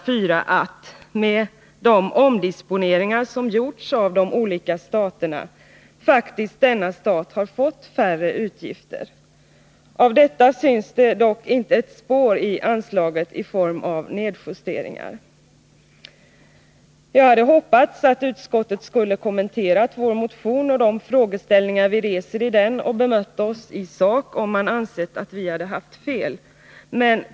4 att — med de omdisponeringar som gjorts av de olika staterna — faktiskt denna stat har fått färre utgifter. Av detta syns det dock inte ett spår i anslaget i form av nedjusteringar. Jag hade hoppats att utskottet skulle ha kommenterat vår motion och de frågeställningar vi reser i den och bemött oss i sak, om man ansett att vi haft fel.